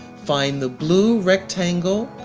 find the blue rectangle